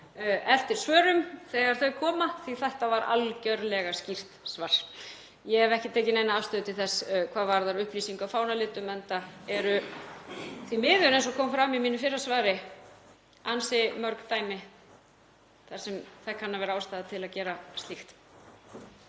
eftir svörum þegar þau koma því að þetta var algjörlega skýrt svar. Ég hef ekki tekið neina afstöðu til þess hvað varðar upplýsingu í fánalitum enda eru því miður, eins og kom fram í mínu fyrra svari, ansi mörg dæmi þar sem það kann að vera ástæða til að gera slíkt.